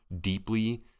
deeply